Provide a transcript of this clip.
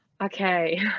okay